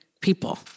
people